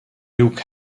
luke